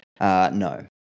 no